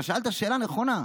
אתה שאלת שאלה נכונה: